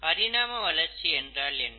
பரிணாம வளர்ச்சி என்றால் என்ன